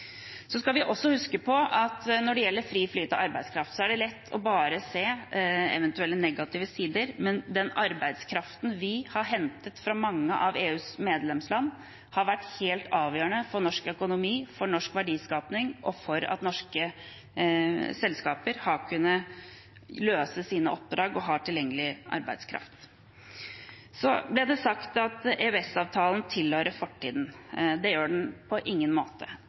Så skal vi også huske på at når det gjelder fri flyt av arbeidskraft, er det lett å se bare eventuelle negative sider, men den arbeidskraften vi har hentet fra mange av EUs medlemsland, har vært helt avgjørende for norsk økonomi, for norsk verdiskaping og for at norske selskaper har kunnet løse sine oppdrag og ha tilgjengelig arbeidskraft. Det ble sagt at EØS-avtalen tilhører fortiden. Det gjør den på ingen måte.